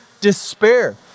despair